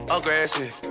Aggressive